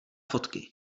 fotky